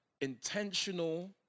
intentional